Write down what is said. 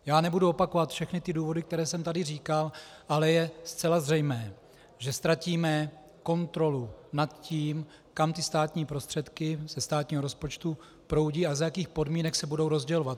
Já nebudu opakovat všechny důvody, které jsem tady říkal, ale je zcela zřejmé, že ztratíme kontrolu nad tím, kam ty státní prostředky ze státního rozpočtu proudí a za jakých podmínek se budou rozdělovat.